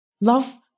Love